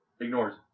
ignores